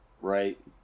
right